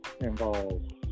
involved